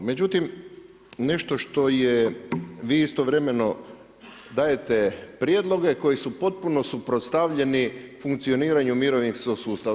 Međutim, nešto što je, vi istovremeno dajete prijedloge koji su potpuno suprotstavljeni funkcioniranju mirovinskog sustava.